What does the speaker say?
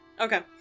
Okay